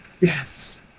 Yes